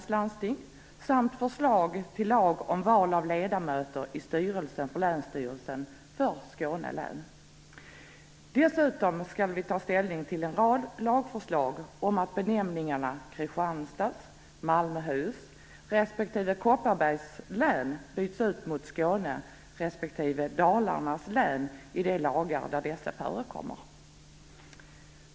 Dessutom skall vi ta ställning till en rad lagförslag om att benämningarna Kristianstads, Malmöhus respektive Kopparbergs län byts ut mot Skåne respektive Dalarnas län i de lagar där dessa benämningar förekommer.